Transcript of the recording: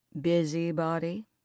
Busybody